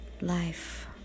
life